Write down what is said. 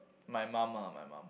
my mum lah my mum